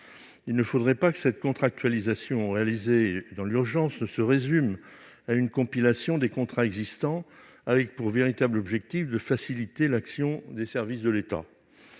Il ne faudrait pas toutefois que cette contractualisation, réalisée dans l'urgence, se résume à une compilation des contrats existants, le véritable objectif étant de faciliter l'action des services de l'État.